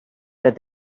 that